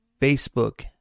Facebook